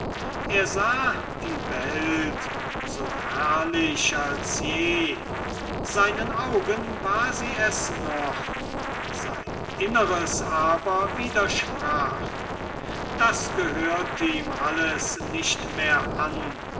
er sah die welt so herrlich als je seinen augen war sie es noch sein inneres aber widersprach das gehörte ihm alles nicht mehr an